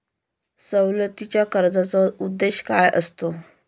सवलतीच्या कर्जाचा उद्देश काय असतो?